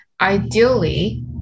ideally